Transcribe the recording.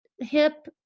hip